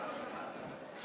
מה לא שמעת?